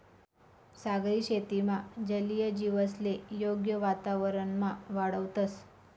सागरी शेतीमा जलीय जीवसले योग्य वातावरणमा वाढावतंस